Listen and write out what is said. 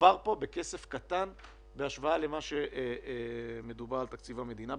מדובר פה בכסף קטן בהשוואה למה שמדובר בתקציב המדינה.